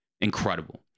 incredible